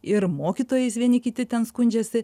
ir mokytojais vieni kiti ten skundžiasi